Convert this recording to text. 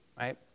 right